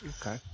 Okay